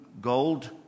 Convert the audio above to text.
gold